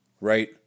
right